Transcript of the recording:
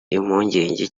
impungenge